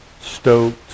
stoked